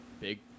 Big